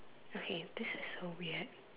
okay this is so weird